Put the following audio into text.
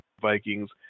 Vikings